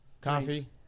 Coffee